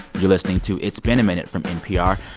you're listening to it's been a minute from npr.